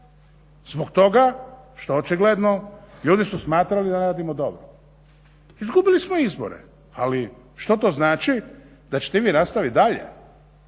zbog toga što očigledno ljudi su smatrali da ne radimo dobro. Izgubili smo izbore, ali što to znači? Da ćete vi nastavit dalje.